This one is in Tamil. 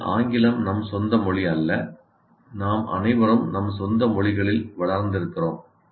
முதலில் ஆங்கிலம் நம் சொந்த மொழி அல்ல நாம் அனைவரும் நம் சொந்த மொழிகளில் வளர்ந்திருக்கிறோம்